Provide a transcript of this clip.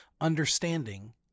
understanding